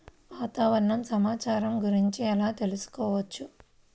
వాతావరణ సమాచారము గురించి ఎలా తెలుకుసుకోవచ్చు?